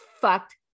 fucked